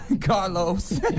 Carlos